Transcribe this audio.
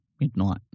Midnight